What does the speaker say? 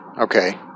Okay